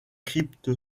crypte